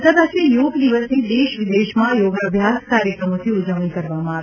આંતરરાષ્ટ્રીય યોગ દિવસની દેશ વિદેશમાં યોગાભ્યાસ કાર્યક્રમોથી ઉજવણી કરવામાં આવી